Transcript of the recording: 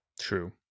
True